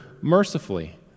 mercifully